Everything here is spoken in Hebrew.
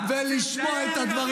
חברת כנסת בממשלה שלך קראה לטייסים: אתם